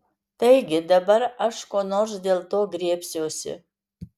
taigi dabar aš ko nors dėl to griebsiuosi